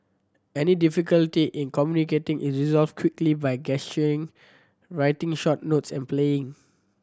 any difficulty in communicating is resolved quickly by gesturing writing short notes and playing